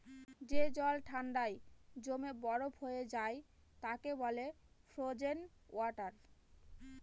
যে জল ঠান্ডায় জমে বরফ হয়ে যায় তাকে বলে ফ্রোজেন ওয়াটার